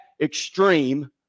extreme